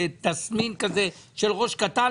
בתסמין כזה של ראש קטן.